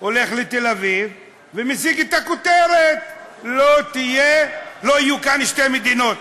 הולך לתל-אביב ומשיג את הכותרת: לא יוקמו שתי מדינות.